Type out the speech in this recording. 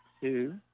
Two